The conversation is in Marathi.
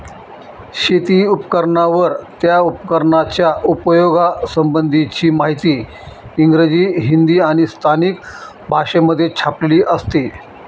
शेती उपकरणांवर, त्या उपकरणाच्या उपयोगा संबंधीची माहिती इंग्रजी, हिंदी आणि स्थानिक भाषेमध्ये छापलेली असते